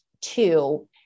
two